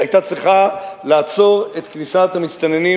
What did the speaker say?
היתה צריכה לעצור את כניסת המסתננים